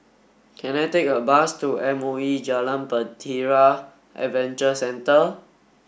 can I take a bus to M O E Jalan Bahtera Adventure Centre